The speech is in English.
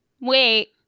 wait